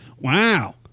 Wow